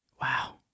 Wow